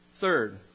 Third